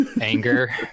anger